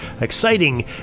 exciting